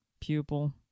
pupil